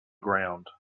ground